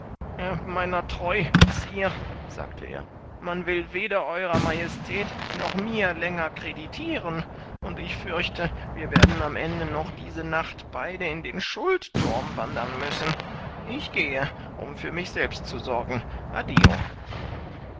meiner treu sire sagte er man will weder ew majestät noch mir länger kreditiren und ich fürchte wir werden am ende noch diese nacht beide in den schuldthurm wandern müssen ich gehe um für mich selbst zu sorgen addio